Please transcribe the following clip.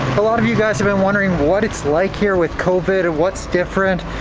a lot of you guys have been wondering what it's like here with covid what's different?